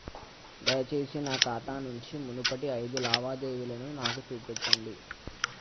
దయచేసి నా ఖాతా నుంచి మునుపటి ఐదు లావాదేవీలను నాకు చూపెట్టండి